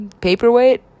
Paperweight